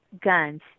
guns